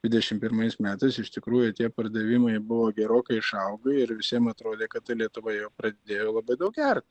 dvidešim pirmais metais iš tikrųjų tie pardavimai buvo gerokai išaugo ir visiem atrodė kad ta lietuva jau pradėjo labai daug gert